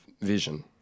vision